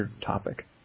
topic